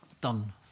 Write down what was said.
done